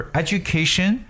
education